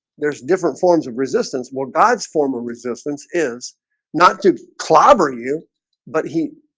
there's different forms of resistance more god's form of resistance is not to clobber you but he